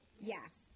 yes